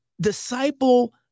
disciple